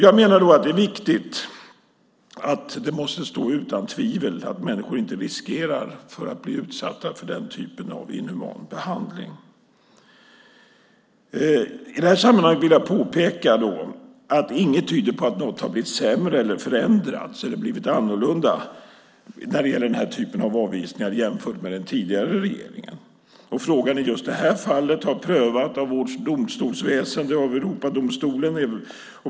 Jag menar att det är viktigt att det måste stå utom tvivel att människor riskerar att bli utsatta för inhuman behandling. I det här sammanhanget vill jag påpeka att inget tyder på att något har blivit sämre, förändrats eller blivit annorlunda när det gäller den här typen av avvisningar jämfört med den tidigare regeringen. Frågan har i just det här fallet prövats av vårt domstolsväsen och av Europadomstolen.